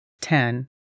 Ten